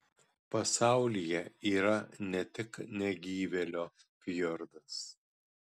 pasaulyje yra ne tik negyvėlio fjordas